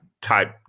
type